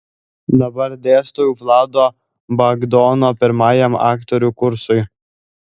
dabar dėstau vlado bagdono pirmajam aktorių kursui